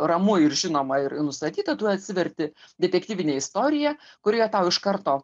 ramu ir žinoma ir nustatyta tu atsiverti detektyvinę istoriją kurioje tau iš karto